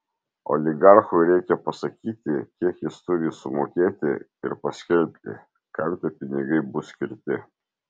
oligarchui reikia pasakyti kiek jis turi sumokėti ir paskelbti kam tie pinigai bus skirti